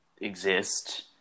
exist